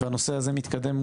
ושהנושא הזה מתקדם,